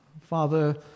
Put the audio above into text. Father